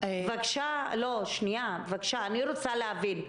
אני רוצה להבין,